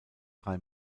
drei